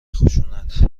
خشونت